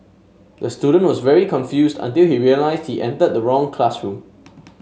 the student was very confused until he realised he entered the wrong classroom